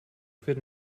fit